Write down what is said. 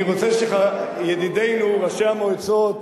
אני רוצה שידידינו ראשי המועצות